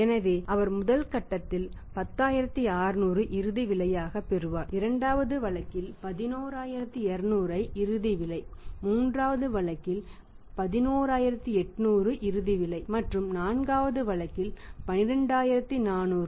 எனவே அவர் முதல் கட்டத்தில் 10600 இறுதி விலையாக பெறுவார் இரண்டாவது வழக்கில் 11200 ஐ இறுதி விலை மூன்றாவது வழக்கில்வழக்கில் 11800 இது இறுதி விலை மற்றும் நான்காவது வழக்கில் 12400